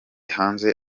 hanze